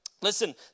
Listen